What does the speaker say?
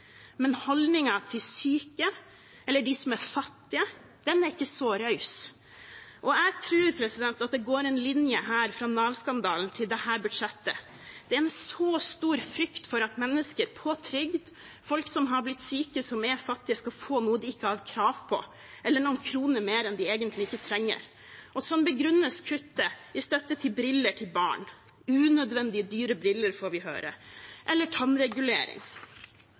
Men holdningen til syke eller de som er fattige, er ikke så raus. Jeg tror at det går en linje her fra Nav-skandalen til dette budsjettet. Det er en så stor frykt for at mennesker på trygd, folk som har blitt syke, som er fattige, skal få noe de ikke har krav på, eller noen kroner mer enn de egentlig trenger. Sånn begrunnes kuttet i støtten til briller til barn, unødvendig dyre briller, får vi høre, eller til tannregulering.